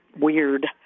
weird